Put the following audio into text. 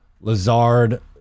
Lazard